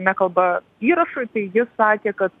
nekalba įrašui tai jis sakė kad